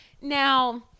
Now